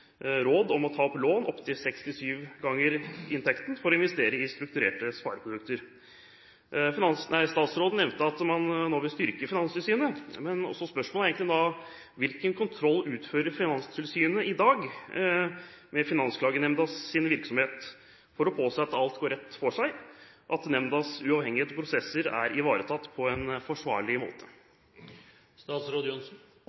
råd om å ta opp lån opptil seks–syv ganger inntekten for å investere i strukturerte spareprodukter. Statsråden nevnte at man nå vil styrke Finanstilsynet, så spørsmålet er: Hvilken kontroll utfører Finanstilsynet i dag med Finansklagenemndas virksomhet for å påse at alt går rett for seg, og at nemndas uavhengighet og prosesser er ivaretatt på en forsvarlig måte?